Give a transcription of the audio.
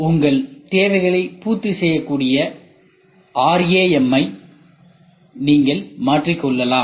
உங்கள் தேவைகளைப் பூர்த்தி செய்யக் கூடிய ஆர்ஏஎம் ஐ நீங்கள் மாற்றிக்கொள்ளலாம்